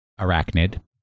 Arachnid